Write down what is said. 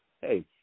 Hey